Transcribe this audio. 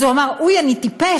אז הוא אמר: אוי, אני טיפש,